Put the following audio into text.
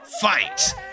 fight